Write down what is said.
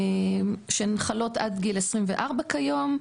שהן חלות עד גיל 24 כיום,